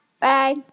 Bye